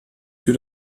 für